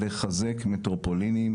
לחזק מטרופולינים